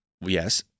Yes